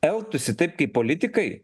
elgtųsi taip kaip politikai